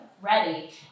ready